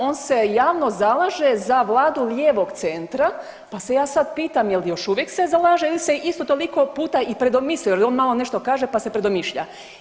On se javno zalaže za vladu lijevog centra, pa se ja sad pitam jel još uvijek se zalaže ili se isto toliko puta i predomislio jer on malo nešto kaže, pa se predomišlja.